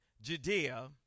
Judea